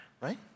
right